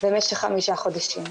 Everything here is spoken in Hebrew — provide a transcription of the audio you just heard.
לשכבה מסוימת,